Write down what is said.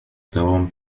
توم